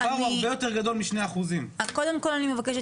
הפער הוא הרבה יותר גדול מ- 2%. קודם כל אני מבקשת,